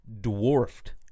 dwarfed